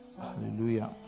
Hallelujah